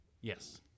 Yes